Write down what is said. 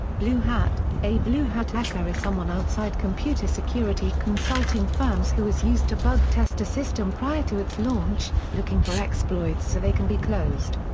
blue hat a blue hat hacker is someone outside computer security consulting firms who is used to bug-test a system prior to its launch, looking for exploits so they can be closed.